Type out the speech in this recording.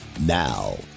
Now